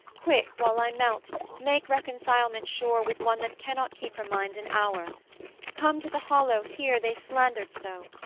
quick while i melt make reconcilement sure with one that cannot keep her mind an hour come to the hollow hear they slander so!